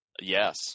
Yes